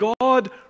God